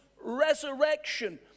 resurrection